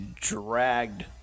dragged